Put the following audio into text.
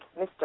Mr